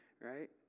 Right